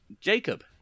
Jacob